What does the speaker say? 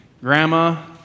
grandma